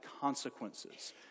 consequences